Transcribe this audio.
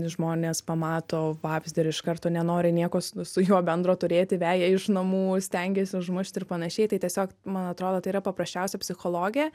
žmonės pamato vabzdį ir iš karto nenori nieko su su juo bendro turėti veja iš namų stengiasi užmušti ir panašiai tai tiesiog man atrodo tai yra paprasčiausia psichologė